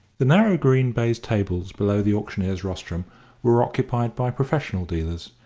the narrow green baize tables below the auctioneer's rostrum were occupied by professional dealers,